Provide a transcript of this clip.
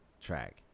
track